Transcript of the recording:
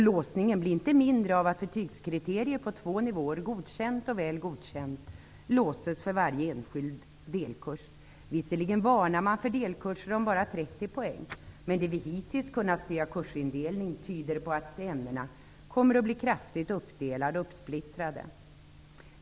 Låsningen blir inte mindre av att betygskriterier på två nivåer, godkänt och väl godkänt, låses för varje enskild delkurs. Visserligen varnas för delkurser om bara 30 poäng, men det vi hittills kunnat se av kursindelningen tyder på att ämnena kommer att bli kraftigt uppdelade och uppsplittrade.